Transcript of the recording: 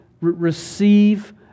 receive